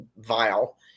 vile